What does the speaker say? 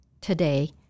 today